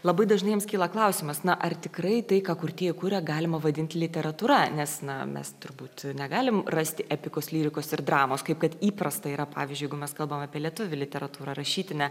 labai dažnai jiems kyla klausimas na ar tikrai tai ką kurtieji kuria galima vadint literatūra nes na mes turbūt negalim rasti epikos lyrikos ir dramos kaip kad įprasta yra pavyzdžiui jeigu mes kalbam apie lietuvių literatūrą rašytinę